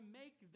make